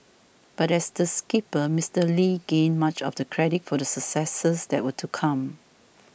but as the skipper Mister Lee gained much of the credit for the successes that were to come